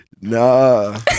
Nah